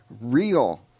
real